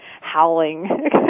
howling